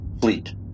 fleet